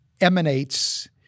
emanates